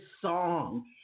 song